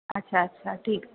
अच्छा अच्छा ठीक